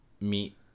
meet